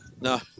No